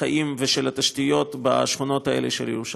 החיים ושל התשתיות בשכונות האלה של ירושלים.